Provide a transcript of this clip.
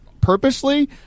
purposely